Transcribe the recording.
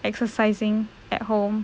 exercising at home